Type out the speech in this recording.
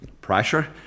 pressure